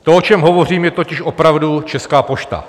To, o čem hovořím, je totiž opravdu Česká pošta.